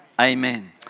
Amen